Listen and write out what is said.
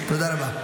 תודה רבה.